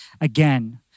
again